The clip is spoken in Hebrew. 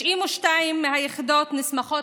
92 מהיחידות נסמכות